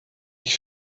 ich